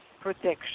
protection